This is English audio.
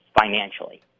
financially